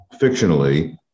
fictionally